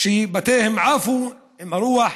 שבתיהם עפו עם הרוח,